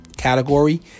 Category